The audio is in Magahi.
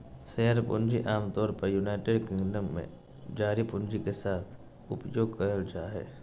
शेयर पूंजी आमतौर पर यूनाइटेड किंगडम में जारी पूंजी के साथ उपयोग कइल जाय हइ